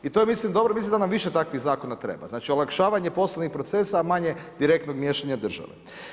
I to je mislim dobro, mislim da nam više takvih zakona treba, znači olakšavanje poslovnih procesa a manje direktnog miješanja države.